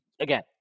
again